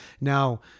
now